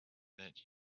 that